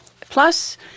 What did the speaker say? Plus